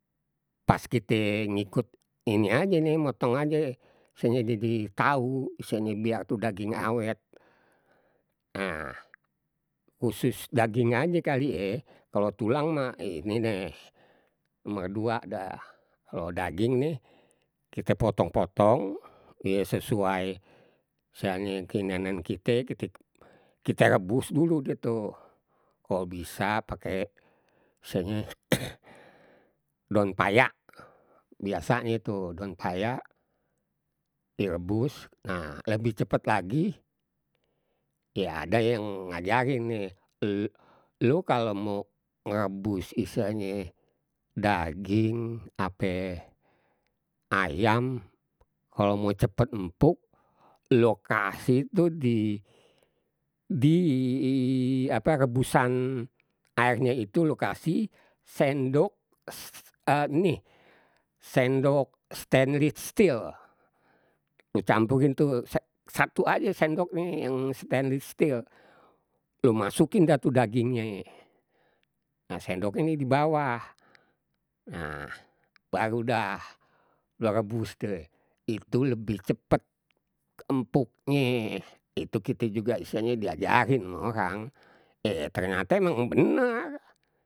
Pas kite ngikut ini aje nih motong aje istilahnye jadi tau, istilahnye biar itu daging awet nah khusus daging aje kali ye, kalau tulang mah ini deh nomor dua dah kalau daging nih, kite potong potong ye sesuai misalnye keinginan kite kite, kite rebus dulu deh tu kalau bisa pakai misalnye daon payak biasanye tu daon payak direbus, nah lebih cepat lagi ya ada yang ngajarin nih el elu kalau mau ngrebus istilahnye daging, ape ayam kalau mau cepet empuk elo kasi tu di di ape rebusan airnye itu lo kasih sendok ni sendok stainless steel lo campurin tuh satu aja sendoknye yang stainless steel, lo masukin dah tuh dagingnye nah sendoknye nih di bawah, nah baru dah lu rebus deh, itu lebih cepet empuknye, itu kita juga istilahnye diajarin ma orang eh ternyate mang benar.